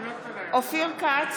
אופיר כץ,